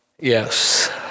Yes